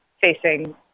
facing